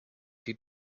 die